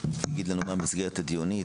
מה המסגרת הדיונית,